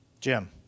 Jim